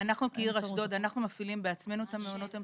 כעיר אשדוד, אנחנו מפעילים בעצמנו את מעונות היום